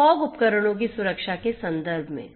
तो फोग उपकरणों की सुरक्षा के संदर्भ में